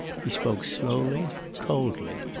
he spoke slowly, coldly.